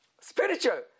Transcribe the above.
spiritual